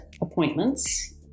appointments